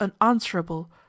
unanswerable